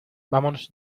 vámonos